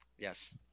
Yes